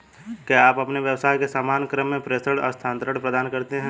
क्या आप अपने व्यवसाय के सामान्य क्रम में प्रेषण स्थानान्तरण प्रदान करते हैं?